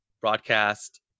broadcast